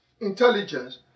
intelligence